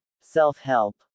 self-help